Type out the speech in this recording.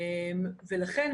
לכן,